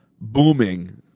booming